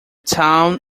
town